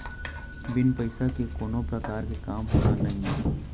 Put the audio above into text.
बिन पइसा के कोनो परकार के काम होना नइये